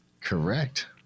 Correct